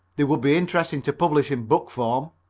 they would be interesting to publish in book form.